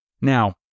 Now